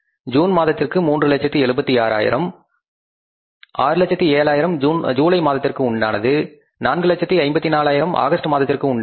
June மாதத்திற்கு 376000 607000 July மாதத்திற்கு உண்டானது 454000 ஆகஸ்ட் மாதத்திற்கு உண்டானது